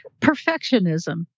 perfectionism